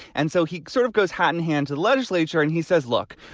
and so he sort of goes hat in hand to the legislature and he says, look,